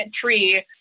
tree